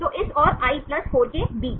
तो इस i और i 4 के बीच